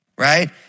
right